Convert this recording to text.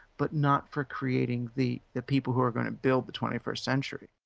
but not for creating the the people who are going to build the twenty first century.